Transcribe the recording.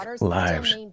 lives